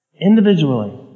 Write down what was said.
Individually